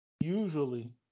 Usually